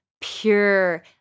pure